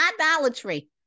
idolatry